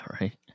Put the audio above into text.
right